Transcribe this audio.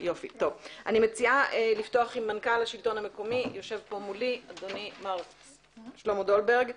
אני מציעה לפתוח עם מנכ"ל השלטון המקומי מר שלמה דולברג.